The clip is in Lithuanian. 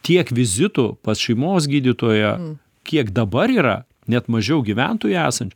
tiek vizitų pas šeimos gydytoją kiek dabar yra net mažiau gyventojų esant